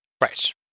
Right